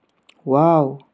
wow